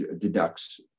deducts